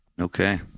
Okay